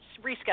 Reschedule